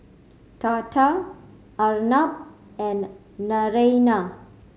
Tata Arnab and Naraina